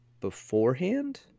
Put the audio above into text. beforehand